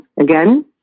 again